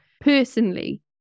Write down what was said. personally